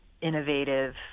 innovative